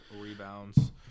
rebounds